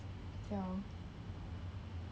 ya